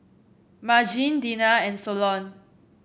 Margene Dena and Solon